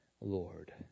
Lord